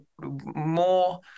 more